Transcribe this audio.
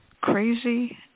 crazy